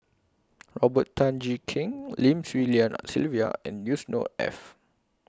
Robert Tan Jee Keng Lim Swee Lian Sylvia and Yusnor Ef